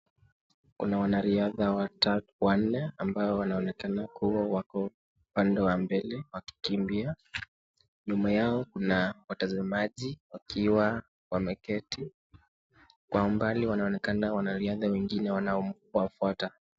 Kuna wanariadha wanne ambao wanaonekana kuwa wako pande wa mbele wakikimbia, nyuma yao kuna watazamaji wakiwa wameketi, kwa umbali wanaonekana wanariadha wengine wanaowafuata.